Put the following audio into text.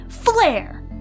Flare